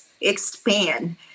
expand